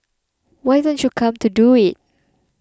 why don't you come to do it